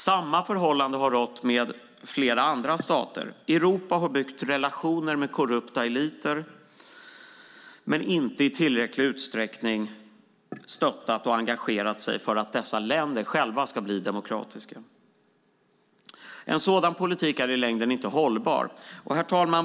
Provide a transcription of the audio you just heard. Samma förhållande har rått med flera andra stater. Europa har byggt relationer med korrupta eliter men inte i tillräcklig utsträckning engagerat sig för att dessa länder ska bli demokratiska. En sådan politik är i längden inte hållbar. Herr talman!